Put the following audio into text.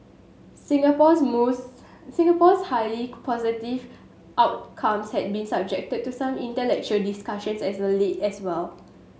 Singapore's Singapore's highly positive outcomes has been subject to some intellectual discussions as a late as well